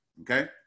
Okay